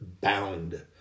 bound